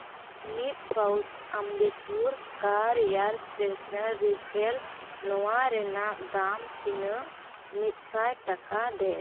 ᱢᱤᱫ pouch Ambi Pur car air freshener refill ᱱᱚᱣᱟ ᱨᱮᱱᱟᱜ ᱫᱟᱢ ᱛᱤᱱᱟᱹᱜ ᱢᱤᱫᱥᱟᱭ ᱴᱟᱠᱟ ᱰᱷᱮᱨ